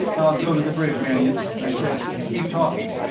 i'll go to the bridge, mannion, i said. keep talking.